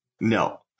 No